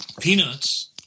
Peanuts